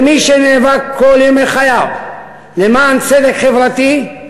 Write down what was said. כמי שנאבק כל ימי חייו למען צדק חברתי: